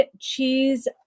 cheese